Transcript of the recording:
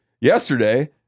yesterday